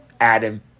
Adam